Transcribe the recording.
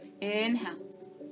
inhale